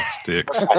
sticks